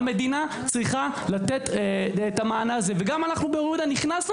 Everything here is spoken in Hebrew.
המדינה צריכה לתת את המענה הזה וגם אנחנו באור-יהודה נכנסנו